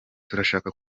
turashaka